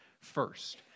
first